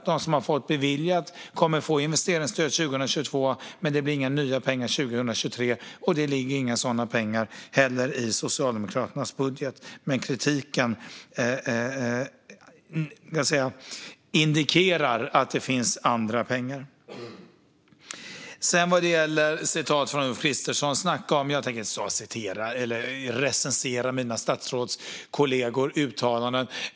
De som har fått det beviljat kommer att få det 2022, men det blir inga nya pengar 2023. Det ligger heller inga sådana pengar i Socialdemokraternas budget, men kritiken indikerar att det finns andra pengar. Vad gäller citat från Ulf Kristersson tänker jag inte stå här och recensera mina statsrådskollegors uttalanden.